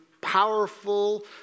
powerful